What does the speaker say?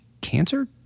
cancer